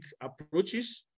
approaches